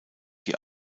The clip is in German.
die